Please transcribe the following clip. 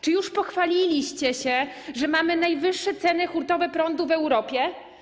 Czy już pochwaliliście się, że mamy najwyższe ceny hurtowe prądu w Europie?